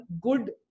good